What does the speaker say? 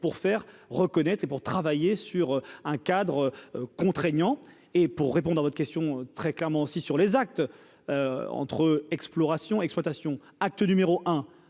pour faire reconnaître c'est pour travailler sur un cadre contraignant et pour répondre à votre question, très clairement, aussi sur les actes entre exploration exploitation acte numéro un